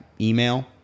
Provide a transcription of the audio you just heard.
email